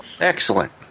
Excellent